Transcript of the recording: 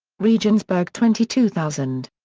regensburg twenty two thousand.